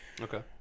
Okay